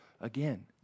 Again